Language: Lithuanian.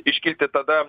iškilti tada